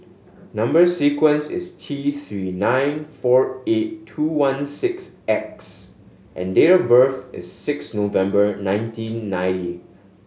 number sequence is T Three nine four eight two one six X and date of birth is six November nineteen ninety